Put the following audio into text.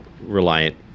Reliant